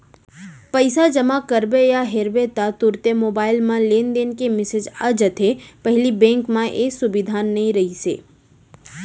पइसा जमा करबे या हेरबे ता तुरते मोबईल म लेनदेन के मेसेज आ जाथे पहिली बेंक म ए सुबिधा नई रहिस हे